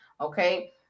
Okay